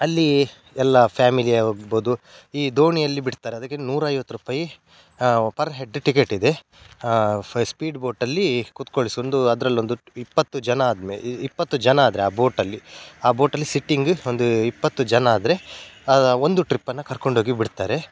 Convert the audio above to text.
ಅಲ್ಲಿ ಎಲ್ಲ ಫ್ಯಾಮಿಲಿ ಹೋಗ್ಬೋದು ಈ ದೋಣಿಯಲ್ಲಿ ಬಿಡ್ತಾರೆ ಅದಕ್ಕೆ ನೂರೈವತ್ತು ರೂಪಾಯಿ ಪರ್ ಹೆಡ್ ಟಿಕೆಟ್ ಇದೆ ಫ ಸ್ಪೀಡ್ ಬೋಟಲ್ಲಿ ಕುತ್ಕೊಳ್ಸಿ ಒಂದು ಅದರಲ್ಲೊಂದು ಇಪ್ಪತ್ತು ಜನ ಆದ ಮೇಲೆ ಇಪ್ಪತ್ತು ಜನ ಆದರೆ ಆ ಬೋಟಲ್ಲಿ ಆ ಬೋಟಲ್ಲಿ ಸಿಟ್ಟಿಂಗು ಒಂದು ಇಪ್ಪತ್ತು ಜನ ಆದರೆ ಒಂದು ಟ್ರಿಪ್ಪನ್ನು ಕರ್ಕೊಂಡೋಗಿ ಬಿಡ್ತಾರೆ